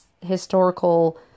historical